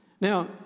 Now